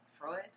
Freud